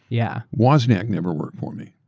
yeah wozniak never worked for me.